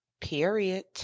Period